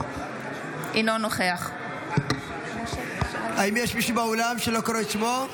אינו נוכח האם יש מישהו באולם שלא קראו בשמו?